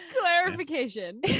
clarification